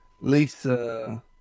Lisa